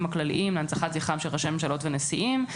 הכלליים להנצחת זכרם של ראשי ממשלות לנשיאים.